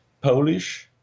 Polish